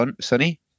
sunny